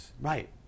Right